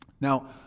Now